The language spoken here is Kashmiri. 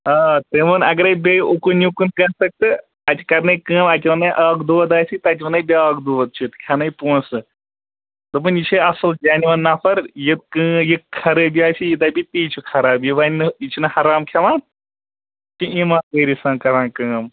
آ تمۍ وون اگرے بیٚیہِ اُکُن یُکُن گَژھَکھ تہٕ اَتہِ کرنےکٲم اتہ ونَنے اکھ دود آسہِ تتہ وننے بیاکھ دود چھُ کھیٚنے پونسہٕ دوٚپُن یہ چھے اصل جنوَن نَفَر یہِ خرٲبی آسی یہِ دَپی تی چھ خراب یہِ ونہ نہٕ یہ چھ نہ حرام کھیٚوان یہ چھ ایٖماندٲری سان کران کٲم